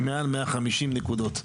מעל 150 נקודות.